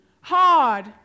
hard